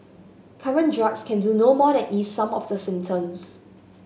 current drugs can do no more than ease some of the symptoms